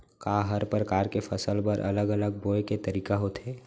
का हर प्रकार के फसल बर अलग अलग बोये के तरीका होथे?